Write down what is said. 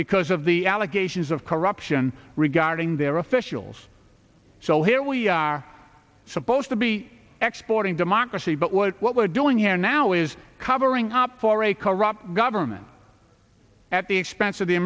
because of the allegations of corruption regarding their officials so here we are supposed to be exploiting democracy but what we're doing here now is covering up for a corrupt government at the expense of the